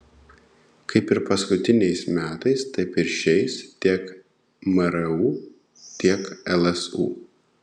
kaip ir paskutiniais metais taip ir šiais tiek mru tiek lsu